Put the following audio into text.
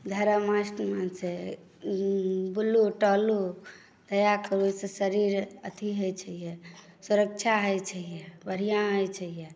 धर्मअष्टमे छै बुललहुँ टहललहुँ ओहिसँ शरीर अथी होइत छै यए सुरक्षा होइत छै यए बढ़िआँ होइत छै यए